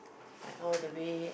I all the way